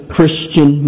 Christian